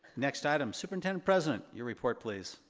next item, superintendent-president, your report, please.